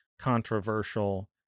controversial